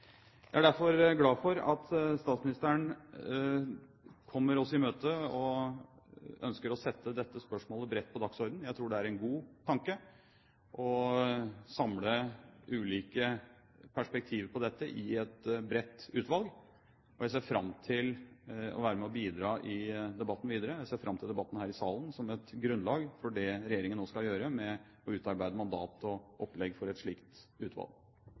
Jeg er derfor glad for at statsministeren kommer oss i møte og ønsker å sette dette spørsmålet bredt på dagsordenen. Jeg tror det er en god tanke å samle ulike perspektiv på dette i et bredt utvalg. Jeg ser fram til å være med og bidra i debatten videre, og jeg ser fram til debatten her i salen som et grunnlag for det regjeringen nå skal gjøre med å utarbeide mandat og opplegg for et slikt utvalg.